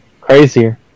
crazier